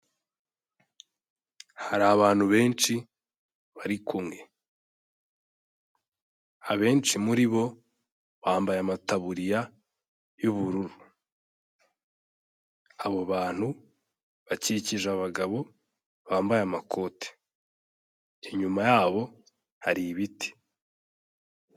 Hari abantu benshi bari kumwe. Abenshi muri bo bambaye amataburiya y'ubururu. Abo bantu bakikije abagabo bambaye amakoti. Inyuma yabo hari ibiti.